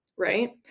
right